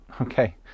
okay